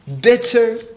bitter